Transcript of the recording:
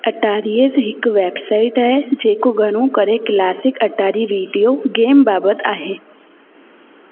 अटारीएज हिकु वेबसाइट आहे जेको घणो करे क्लासिक अटारी वीडियो गेम बाबति आहे